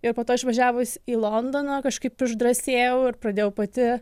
ir po to išvažiavus į londoną kažkaip išdrąsėjau ir pradėjau pati